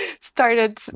started